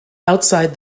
outside